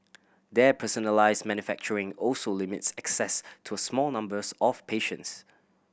their personalised manufacturing also limits access to a small numbers of patients